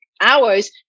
hours